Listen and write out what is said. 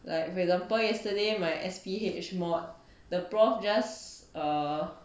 like for example yesterday my S_P_H mod the prof just err